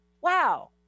Wow